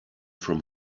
from